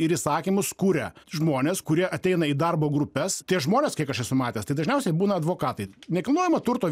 ir įsakymus kuria žmonės kurie ateina į darbo grupes tie žmonės kiek aš esu matęs tai dažniausiai būna advokatai nekilnojamo turto